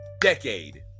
decade